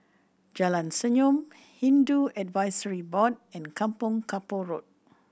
Jalan Senyum Hindu Advisory Board and Kampong Kapor Road